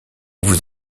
vous